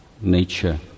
nature